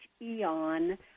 eon